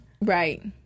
Right